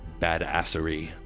badassery